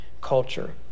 culture